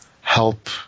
help –